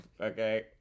okay